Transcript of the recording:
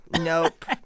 Nope